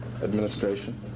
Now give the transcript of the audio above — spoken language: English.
administration